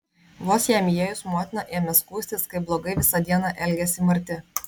vos jam įėjus motina ėmė skųstis kaip blogai visą dieną elgėsi marti